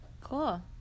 Cool